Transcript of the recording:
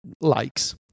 likes